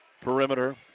perimeter